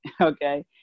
okay